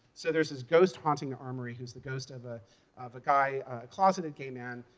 so there's this ghost haunting the armory who's the ghost of ah of a guy, a closeted, gay man,